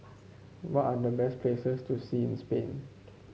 what are the best places to see in Spain